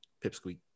pipsqueak